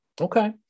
Okay